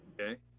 Okay